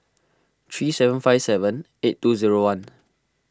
three seven five seven eight two zero one